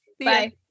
Bye